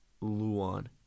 Luan